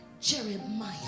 Jeremiah